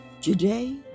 Today